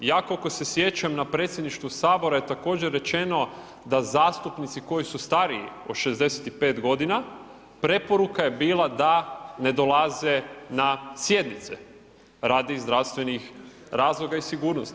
Ja koliko se sjećam na predsjedništva sabora je također rečeno da zastupnici koji su stariji od 65.g. preporuka je bila da ne dolaze na sjednice radi zdravstvenih razloga i sigurnosti.